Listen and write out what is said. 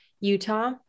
Utah